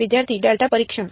વિદ્યાર્થી ડેલ્ટા પરીક્ષણ